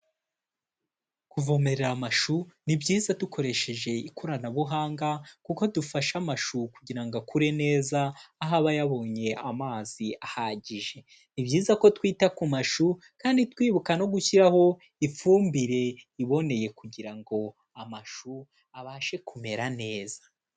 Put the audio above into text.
Kuvomerera amashu ni byiza dukoresheje ikoranabuhanga kuko dufashe amashu kugira ngo akure neza aho aba yabonye amazi ahagije, ni byiza ko twita ku mashu kandi twibuka no gushyiraho ifumbire iboneye kugira ngo amashu abashe kumera neza.